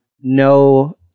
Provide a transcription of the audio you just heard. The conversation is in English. no